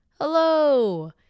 hello